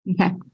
Okay